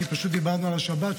כי פשוט דיברנו על השבת,